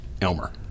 Elmer